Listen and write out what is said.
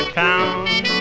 town